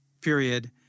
period